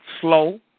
slow